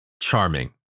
charming